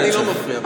אני לא מפריע.